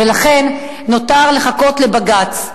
ולכן, נותר לחכות לבג"ץ.